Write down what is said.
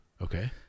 okay